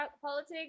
politics